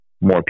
more